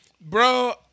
Bro